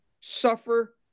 suffer